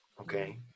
Okay